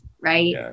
right